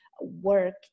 work